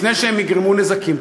לפני שהם יגרמו נזקים.